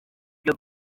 ibyo